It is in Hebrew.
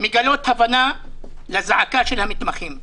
מגלות הבנה לזעקה של המתמחים.